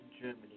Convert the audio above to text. Germany